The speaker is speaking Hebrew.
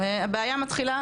הבעיה מתחילה